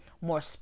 more